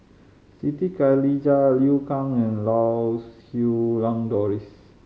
Siti Khalijah Liu Kang and Lau Siew Lang Doris